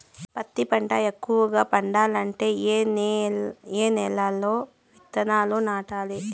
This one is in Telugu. పత్తి పంట ఎక్కువగా పండాలంటే ఏ నెల లో విత్తనాలు నాటాలి?